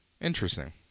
Interesting